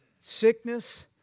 sickness